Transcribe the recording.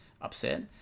upset